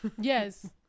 yes